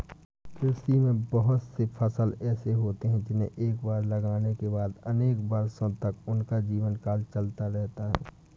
कृषि में बहुत से फसल ऐसे होते हैं जिन्हें एक बार लगाने के बाद अनेक वर्षों तक उनका जीवनकाल चलता रहता है